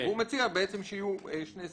הוא מציע שיהיו שני שרים.